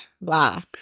blah